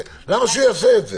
למה שהוא יעשה את זה?